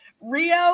Rio